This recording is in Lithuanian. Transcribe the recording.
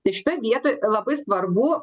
tai šitoj vietoj labai svarbu